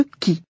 qui